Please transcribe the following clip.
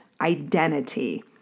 identity